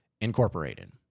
Incorporated